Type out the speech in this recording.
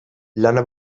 lana